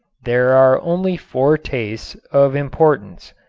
there are only four tastes of importance,